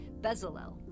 Bezalel